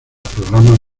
programas